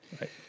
Right